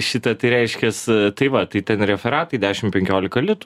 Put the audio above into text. šita tai reiškias tai va tai ten referatai dešim penkiolika litų